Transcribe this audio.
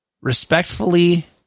respectfully